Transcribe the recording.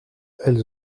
elles